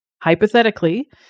Hypothetically